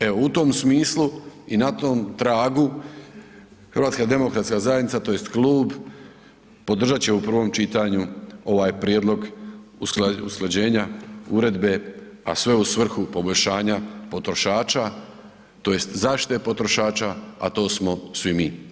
Evo, u tom smislu i na tom tragu, HDZ tj. klub podržat će u prvom čitanju ovaj prijedlog usklađenja uredbe, a sve u svrhu poboljšanja potrošača tj. zaštite potrošača, a to smo svi mi.